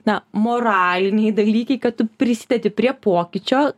na moraliniai dalykai kad tu prisidedi prie pokyčio